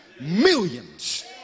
millions